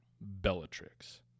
Bellatrix